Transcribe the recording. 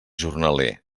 jornaler